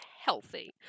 healthy